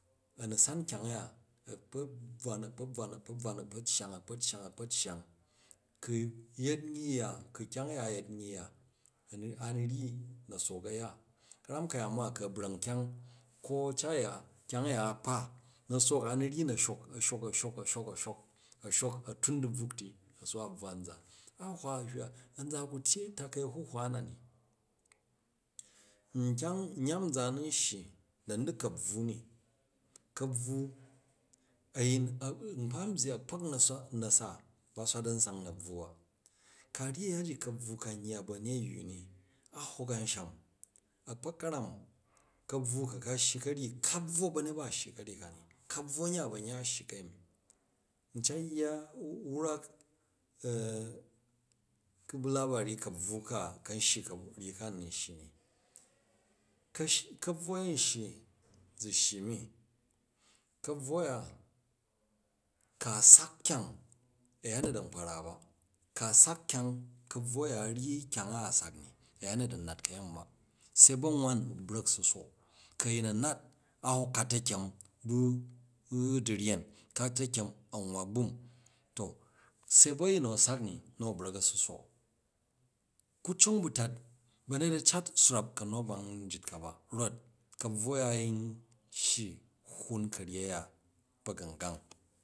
A nu san kyang a̱ ya a̱ kpa bvwan a̱ kpa̱ bvwan a̱ kpa bvwan a̱ kpa̱ cyang a̱ kpa cyang a̱ kpa̱ cyang, ku ku yet ryyi ya, ku kyang aya yet nyyi ya a nu nyyi na̱ sook a̱ ya ka̱ram ka̱yaan ma, ku a brank kyang ko a cat ya, kyang a̱ya kpa nosook a nu ryyi na̱ shok, a shok, a shok, a̱ shok, a shok, a̱ tun du̱bvwuk ti a̱ su wa bvwa a̱n za, a hwa u̱ hywa anza ku tyei takai a̱huhwa na ni, nkyang yam zaan n shyi da ni ka̱bvu ni ka̱bvu a̱yin, nkpa n byyi a̱kpa̱k na̱na a̱ swat a̱n sang na̱bvu ba, ka ryyi yan ji ka̱bvu kan yya bu̱ a̱nyeyyu ni a hwok a̱msahm. A̱kpak ka̱ryan ka̱bviu ku ka shyi ka̱ryyi ka bvwo ba̱nyet ba a shyi ka̱ryyi ka ni ka bvwo a̱nya ba̱ a̱nya a̱ shyi kayemi, n cat yya, wrak, kubu labau ka̱bvu ka a̱ kam shyi ka̱ryyi ka u nun shyi ni, ka̱bvu a̱ yin shyi za shyi mi, ka̱bvu a̱ya, ka sak kyang a̱yanyet a̱n kpa̱ ra ba, ka sak kyang ka̱bvu a̱ya a ryyi kyanga a sak ni, a̱yanyet an nat ka̱yemi ba se ba wom u brak u̱ su sook, ku a̱yin a̱ nat a hwok ka̱ ta̱kyem ba̱ du̱wyen, ka ta̱kyem an nwaa gbum to se bu̱ a̱yin nu a sak ni nu a̱nat a̱ su sook. Ku cong bu̱ tat ba̱nyet a̱ cat swrap ka̱nu a̱gbang njit ka ba, rot ka̱bvu a̱ya a̱ yin shyi a̱ hwuen ka̱ryyi a̱ya ba̱gungang.